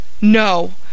No